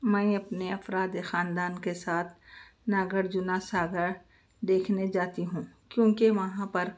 میں اپنے افراد خاندان کے ساتھ ناگ ارجنا ساگر دیکھنے جاتی ہوں کیونکہ وہاں پر